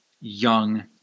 young